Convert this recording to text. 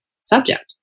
subject